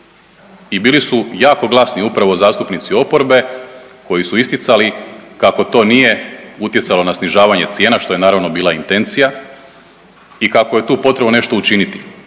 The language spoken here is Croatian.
i bili su jako glasni upravo zastupnici oporbe koji su isticali kako to nije utjecalo na snižavanje cijena, što je naravno bila intencija i kako je tu potrebno nešto učiniti,